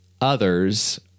others